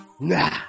Nah